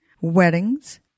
weddings